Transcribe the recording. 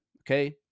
okay